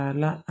la